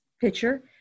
picture